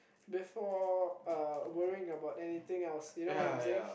before uh worrying about anything else you know what I'm saying